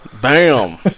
Bam